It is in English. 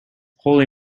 holy